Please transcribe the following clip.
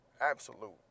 absolute